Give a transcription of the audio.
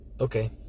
Okay